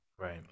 right